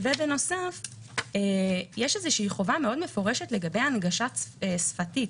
ובנוסף יש חובה מפורשת לגבי הנגשה שפתית